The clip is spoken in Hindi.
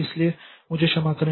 इसलिए मुझे क्षमा करें